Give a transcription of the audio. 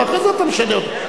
ואחרי זה אתה משנה אותו.